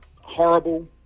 horrible